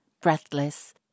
breathless